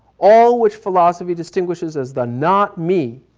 all which philosophy distinguishes as the not me,